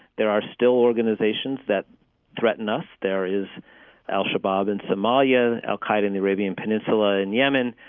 there are still organizations that threaten us. there is al-shabaab in somalia, al-qaida in the arabian peninsula and yemen.